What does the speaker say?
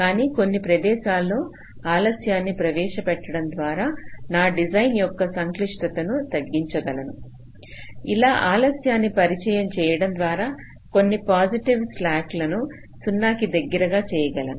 కానీ కొన్ని ప్రదేశాల్లో ఆలస్యాన్ని ప్రవేశపెట్టడం ద్వారా నా డిజైన్ యొక్క సంక్లిష్టతను తగ్గించగలను ఇలా ఆలస్యాన్ని పరిచయం చేయడం ద్వారా కొన్ని పాజిటివ్ స్లాక్లను 0 కి దగ్గరగా చేయగలను